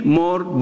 more